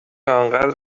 آنقدر